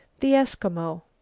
the eskimo.